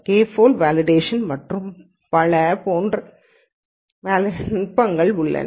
K fold validation மற்றும் பல போன்ற நுட்பங்கள் உள்ளன